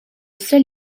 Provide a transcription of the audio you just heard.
sol